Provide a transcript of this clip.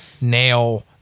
nail